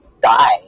die